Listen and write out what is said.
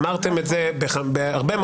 לא אמרתי שהיא אמרה.